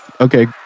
Okay